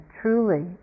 truly